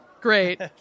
Great